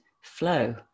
flow